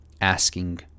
asking